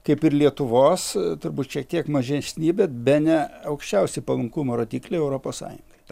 kaip ir lietuvos turbūt šiek tiek mažesni bet bene aukščiausi palankumo rodikliai europo sąjungoje